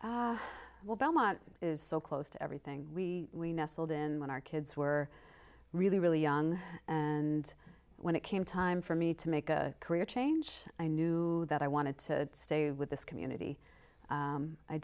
t well belmont is so close to everything we nestled in when our kids were really really young and when it came time for me to make a career change i knew that i wanted to stay with this community